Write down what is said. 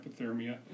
hypothermia